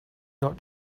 got